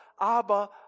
Abba